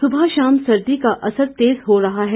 सुबह शाम सर्दी का असर तेज हो रहा है